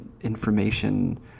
information